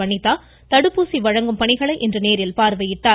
வனிதா தடுப்பூசி வழங்கும் பணிகளை நேரில் பார்வையிட்டார்